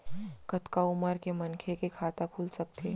कतका उमर के मनखे के खाता खुल सकथे?